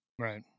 right